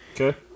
Okay